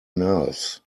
nerves